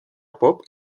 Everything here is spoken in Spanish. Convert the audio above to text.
pop